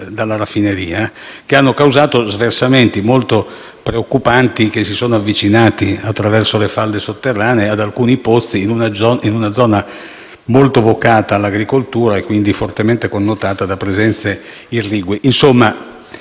dalla raffineria che hanno causato sversamenti molto preoccupanti, poiché si sono avvicinati, attraverso le falde sotterranee, ad alcuni pozzi in una zona molto vocata all'agricoltura e quindi fortemente connotata da presenze irrigue.